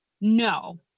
no